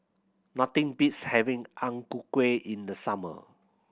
nothing beats having Ang Ku Kueh in the summer